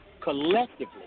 collectively